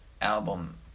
album